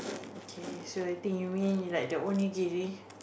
okay so I think you mean like the origin